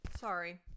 sorry